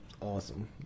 awesome